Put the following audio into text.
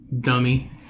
dummy